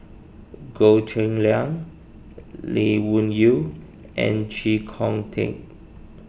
Goh Cheng Liang Lee Wung Yew and Chee Kong Tet